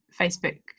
Facebook